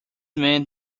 meant